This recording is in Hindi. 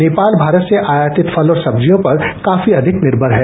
नेपाल भारत से आयातित फल और सब्जियों पर काफी अधिक निर्भर है